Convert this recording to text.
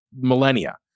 millennia